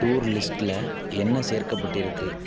tour லிஸ்டில் என்ன சேர்க்கப்பட்டிருக்கு